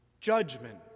Judgment